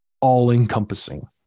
all-encompassing